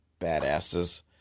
badasses